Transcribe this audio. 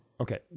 Okay